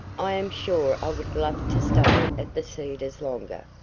i am sure i would love to stay at the cedars longer,